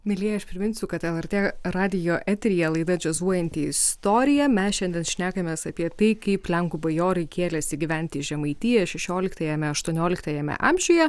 mielieji aš priminsiu kad lrt radijo eteryje laida džiazuojanti istorija mes šiandien šnekamės apie tai kaip lenkų bajorai kėlėsi gyventi į žemaitiją šešioliktajame aštuonioliktajame amžiuje